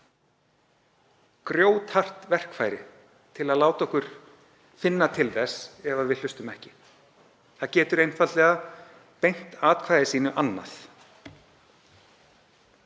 grjóthart verkfæri til að láta okkur finna til þess ef við hlustum ekki. Það getur einfaldlega beint atkvæði sínu annað.